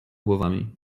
głowami